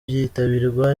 byitabirwa